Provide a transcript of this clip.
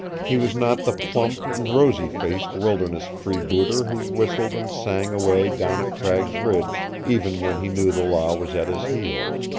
he was not the plump and rosy-faced wilderness freebooter who whistled and sang away down at cragg's ridge even when he knew the law was at his heels.